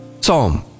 Psalm